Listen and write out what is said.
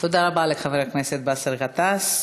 תודה רבה לחבר הכנסת באסל גטאס.